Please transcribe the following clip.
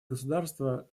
государство